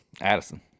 Addison